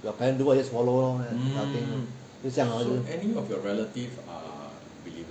your parents do what then just follow lor this kind of thing 就这样 lor